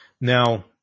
Now